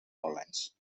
orleans